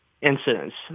incidents